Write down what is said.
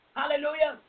hallelujah